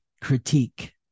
critique